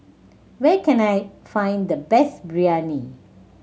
where can I find the best Biryani